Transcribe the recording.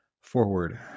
forward